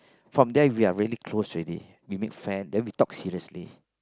from there we're really close already we make friend then we talk seriously